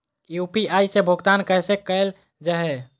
UPI से भुगतान कैसे कैल जहै?